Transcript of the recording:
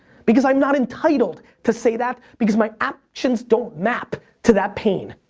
because i'm not entitled to say that, because my actions don't map to that pain.